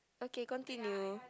okay continue